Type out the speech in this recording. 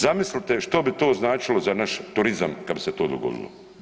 Zamislite što bi to značilo za naš turizam kad bi se to dogodilo.